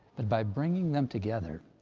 but by bringing them together,